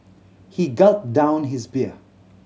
he gulped down his beer